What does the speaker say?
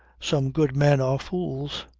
some good men are fools.